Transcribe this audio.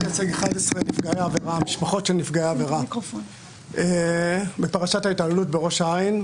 אני מייצג 11 משפחות של נפגעי עבירה בפרשת ההתעללות בראש העין,